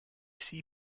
see